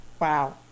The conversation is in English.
Wow